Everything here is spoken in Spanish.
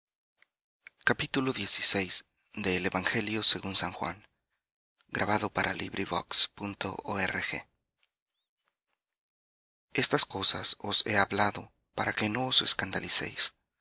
estas cosas os he hablado para que no os escandalicéis